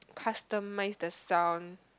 customize the sound